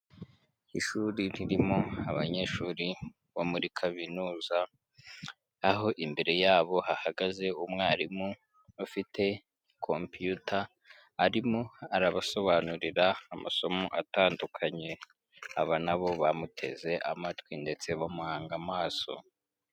Ishuri ririmo abanyeshuri bo muri kaminuza, aho imbere yabo hagaze umwarimu ufite kompiyuta, arimo arabasobanurira amasomo atandukanye, aba na bo bamuteze amatwi ndetse bamuhanga amaso.